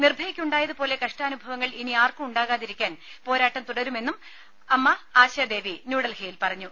നിർഭയക്ക് ഉണ്ടായതുപോലെ കഷ്ടാനുഭവങ്ങൾ ഇനി ആർക്കും ഉണ്ടാകാതിരിക്കാൻ പോരാട്ടം തുടരുമെന്ന് അമ്മ ആശാദേവി ന്യൂഡൽഹിയിൽ പറഞ്ഞു